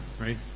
right